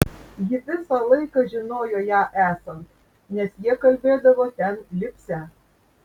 ji visą laiką žinojo ją esant nes jie kalbėdavo ten lipsią